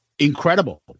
incredible